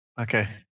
Okay